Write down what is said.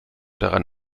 daran